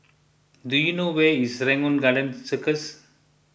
do you know where is Serangoon Garden Circus